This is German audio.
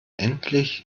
endlich